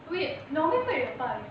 wait november எப்போ:eppo